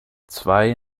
zwei